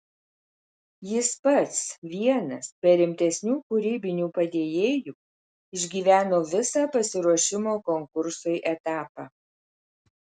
jis pats vienas be rimtesnių kūrybinių padėjėjų išgyveno visą pasiruošimo konkursui etapą